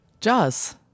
Jaws